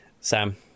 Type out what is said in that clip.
Sam